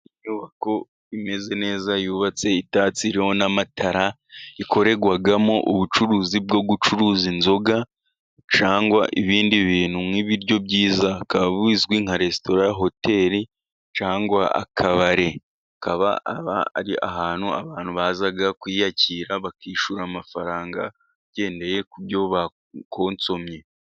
Inyuba ko imeze neza yubatse itatse iriho n'amatara, ikorerwamo ubucuruzi bwo gucuruza inzoga , cyangwa ibindi bintu nk'ibiryo byiza, bikaba bizwi nka resitora Hoteli cyangwa akabari , akaba ari ahantu abantu baza kuyakirira bakishura amafaranga bagendeye ku byo bakosomye.